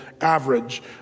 average